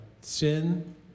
sin